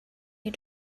you